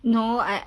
no I